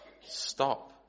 Stop